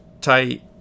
tight